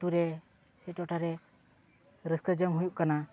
ᱟᱹᱛᱩ ᱨᱮ ᱥᱮ ᱴᱚᱴᱷᱟ ᱨᱮ ᱨᱟᱹᱥᱠᱟᱹ ᱡᱚᱝ ᱦᱩᱭᱩᱜ ᱠᱟᱱᱟ